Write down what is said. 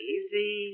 Easy